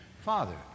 Father